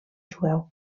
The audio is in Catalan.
jueu